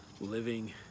living